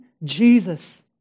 Jesus